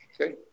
Okay